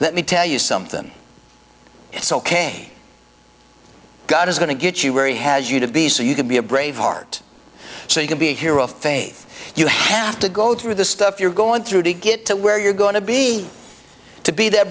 let me tell you something it's ok god is going to get you where he has you to be so you can be a braveheart so you can be a hero of faith you have to go through the stuff you're going through to get to where you're going to be to be that